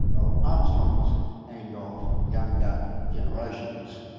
of armstrong's and of younger generations.